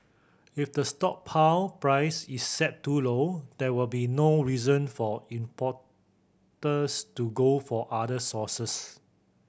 if the stockpile price is set too low there will be no reason for importers to go for other sources